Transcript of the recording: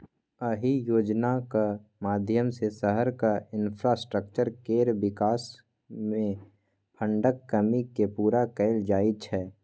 अहि योजनाक माध्यमसँ शहरक इंफ्रास्ट्रक्चर केर बिकास मे फंडक कमी केँ पुरा कएल जाइ छै